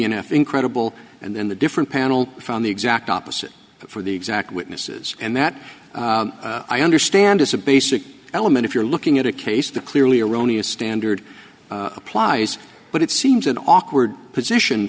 and f incredible and then the different panel found the exact opposite for the exact witnesses and that i understand is a basic element if you're looking at a case the clearly erroneous standard applies but it seems an awkward position